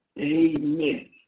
amen